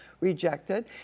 rejected